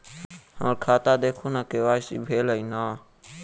हम्मर खाता देखू नै के.वाई.सी भेल अई नै?